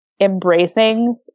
embracing